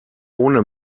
ohne